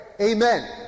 Amen